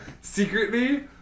secretly